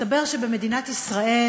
מסתבר שבמדינת ישראל